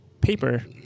paper